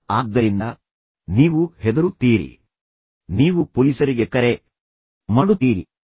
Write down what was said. ಆದ್ದರಿಂದ ನೀವು ಹೆದರುತ್ತೀರಿ ನೀವು ಪೊಲೀಸರಿಗೆ ಕರೆ ಮಾಡುತ್ತೀರಿ ನೀವು ಸಹಾಯಕ್ಕಾಗಿ ಕರೆ ಮಾಡುತ್ತೀರಿ ನೀವು ಫೋನ್ ಮಾಡುತ್ತೀರಿ